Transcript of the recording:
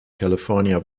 california